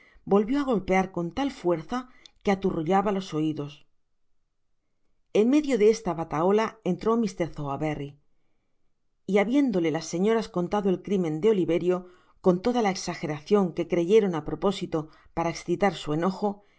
volvió á golpear con tal fuera que aturrullaba los oidos eu medio de esta bataola entró mr sowerberry y habiéndole las seño ras contado el crimen de oliverio con toda la exajeracion que creyeron á propósito para exitar su enojo en